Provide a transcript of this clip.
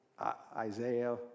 isaiah